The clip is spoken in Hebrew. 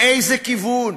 לאיזה כיוון?